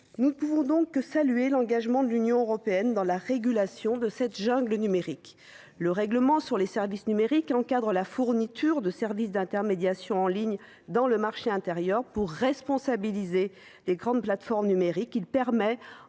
Nous ne pouvons donc que saluer l’engagement de l’Union européenne dans la régulation de cette jungle numérique. Le règlement sur les services numériques encadre la fourniture de services d’intermédiation en ligne dans le marché intérieur pour responsabiliser les grandes plateformes numériques.